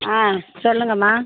ஆ சொல்லுங்கம்மா